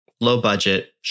low-budget